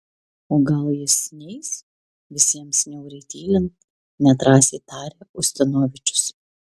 o gal jis neis visiems niauriai tylint nedrąsiai tarė ustinovičius